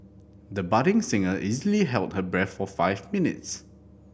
the budding singer easily held her breath for five minutes